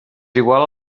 igual